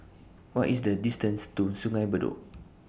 What IS The distance to Sungei Bedok